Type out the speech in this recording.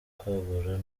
kwagura